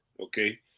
okay